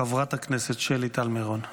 חברת הכנסת שלי טל מירון.